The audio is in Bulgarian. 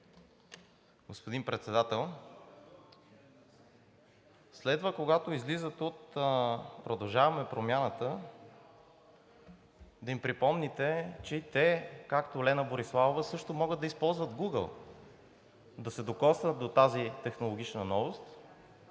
Господин Председател, следва, когато излизат от „Продължаваме Промяната“, да им припомните, че и те, както Лена Бориславова, също могат да използват Гугъл – да се докоснат до тази технологична новост,